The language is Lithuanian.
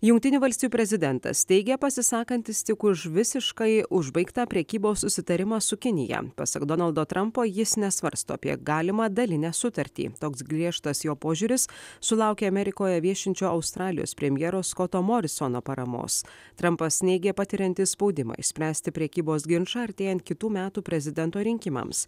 jungtinių valstijų prezidentas teigė pasisakantis tik už visiškai užbaigtą prekybos susitarimą su kinija pasak donaldo trampo jis nesvarsto apie galimą dalinę sutartį toks griežtas jo požiūris sulaukė amerikoje viešinčio australijos premjero skoto morisono paramos trampas neigė patiriantis spaudimą išspręsti prekybos ginčą artėjant kitų metų prezidento rinkimams